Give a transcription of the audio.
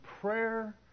prayer